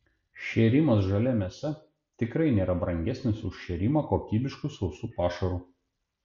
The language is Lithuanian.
šėrimas žalia mėsa tikrai nėra brangesnis už šėrimą kokybišku sausu pašaru